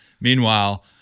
Meanwhile